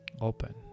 open